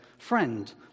Friend